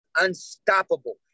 unstoppable